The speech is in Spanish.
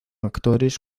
actores